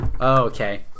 okay